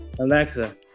Alexa